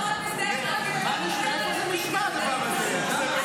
באמת, איפה זה נשמע, הדבר הזה?